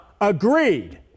agreed